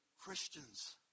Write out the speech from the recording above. Christians